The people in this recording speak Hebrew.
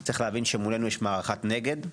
יש להבין שמולנו יש מערכת נגד,